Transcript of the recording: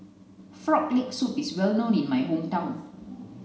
frog leg soup is well known in my hometown